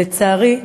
לצערי,